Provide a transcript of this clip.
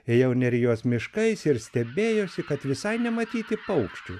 ėjau nerijos miškais ir stebėjausi kad visai nematyti paukščių